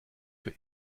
für